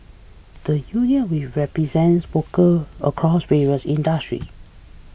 the union represents worker across various industry